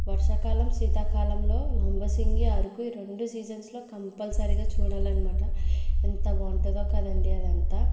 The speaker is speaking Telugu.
వర్షాకాలం శీతాకాలంలో లంబసింగి అరుకు ఈ రెండు సీజన్స్లో కంపల్సరీగా చూడాలన్మాట ఎంత బాగుంటదో కదండి అదంతా